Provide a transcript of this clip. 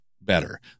better